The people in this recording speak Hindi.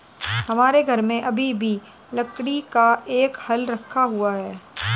हमारे घर में अभी भी लकड़ी का एक हल रखा हुआ है